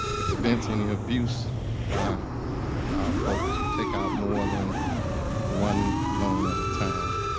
it prevents any abuse by our folks who take out more than one loan at a time.